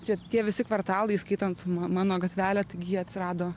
čia tie visi kvartalai įskaitant ma mano gatvelę taigi jie atsirado